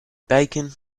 bacon